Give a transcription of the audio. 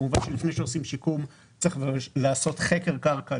כמובן שלפני שעושים שיקום צריך לעשות חקר קרקע,